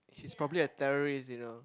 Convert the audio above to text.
she's probably a terrorist you know